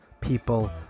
people